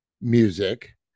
music